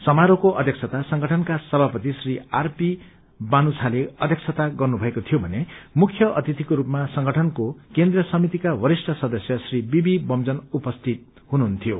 समारोहको अध्यक्षता संगठनका समापति श्री आरपी बानुछले गर्नुषएको थियो भने मुख्य अतिथिको सूपमा संगठनको केन्द्रीय समितिका वरिष्ठ सदस्य श्री बीबी बम्जन उपस्थित हुनुहुन्थ्यो